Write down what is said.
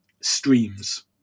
streams